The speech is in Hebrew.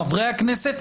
חברי הכנסת,